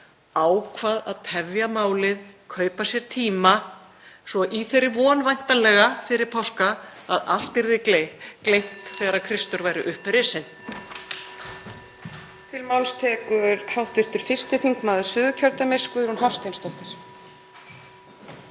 ákvað að tefja málið, kaupa sér tíma svo í þeirri von væntanlega fyrir páska að allt yrði gleymt þegar Kristur væri upprisinn.